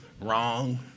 Wrong